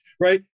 right